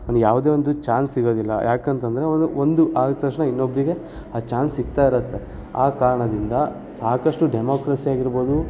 ಅವ್ನು ಯಾವುದೇ ಒಂದು ಚಾನ್ಸ್ ಸಿಗೋದಿಲ್ಲ ಏಕಂತಂದ್ರೆ ಅವನು ಒಂದು ಆದ ತಕ್ಷಣ ಇನ್ನೊಬ್ಬನಿಗೆ ಆ ಚಾನ್ಸ್ ಸಿಗ್ತಾ ಇರುತ್ತೆ ಆ ಕಾರಣದಿಂದ ಸಾಕಷ್ಟು ಡೆಮೋಕ್ರೆಸಿ ಆಗಿರ್ಬೋದು